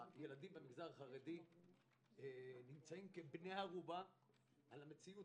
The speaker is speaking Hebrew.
הילדים במגזר החרדי נמצאים כבני ערובה על המציאות